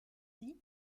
dit